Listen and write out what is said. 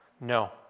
No